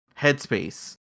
headspace